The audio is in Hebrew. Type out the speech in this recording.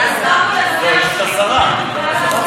אנחנו הסכמנו לוותר על זכות הדיבור בגלל ההסכמה מול השרה.